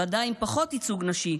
ועדיין פחות ייצוג נשי,